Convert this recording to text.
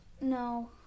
No